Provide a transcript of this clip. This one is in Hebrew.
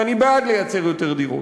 ואני בעד לייצר יותר דירות.